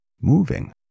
moving